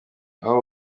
aha